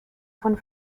von